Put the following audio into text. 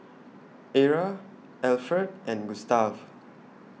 Era Alferd and Gustave